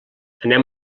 anem